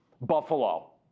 Buffalo